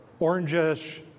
orangish